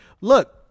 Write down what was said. Look